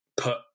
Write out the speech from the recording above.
put